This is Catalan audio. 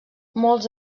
molts